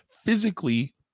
Physically